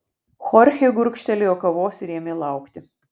chorchė gurkštelėjo kavos ir ėmė laukti